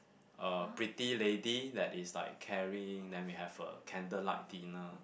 a pretty lady that is like caring let me have a candlelight dinner